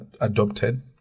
adopted